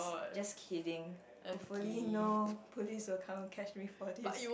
just kidding hopefully no put this account catch me for this